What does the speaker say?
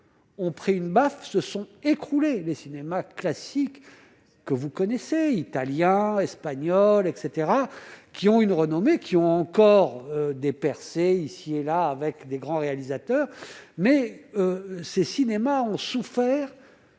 ont pris une baffe se sont écroulés les cinémas classique que vous connaissez, italiens, espagnols, etc, qui ont une renommée qui ont encore des percées ici et là avec des grands réalisateurs mais ces cinémas ont souffert.